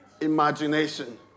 imagination